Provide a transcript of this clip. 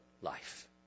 life